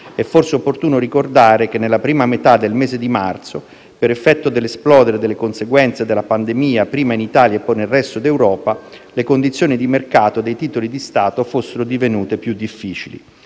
È forse opportuno ricordare che, nella prima metà del mese di marzo, per effetto dell'esplodere delle conseguenze della pandemia, prima in Italia e poi nel resto d'Europa, le condizioni di mercato dei titoli di Stato erano divenute più difficili.